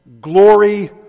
glory